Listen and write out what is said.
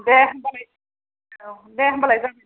दे होम्बालाय औ दे होम्बालाय